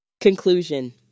Conclusion